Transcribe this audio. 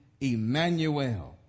Emmanuel